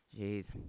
Jeez